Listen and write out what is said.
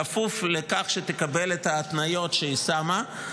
בכפוף לכך שתקבל את ההתניות שהיא שמה.